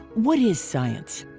what is science?